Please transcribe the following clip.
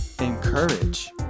Encourage